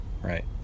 Right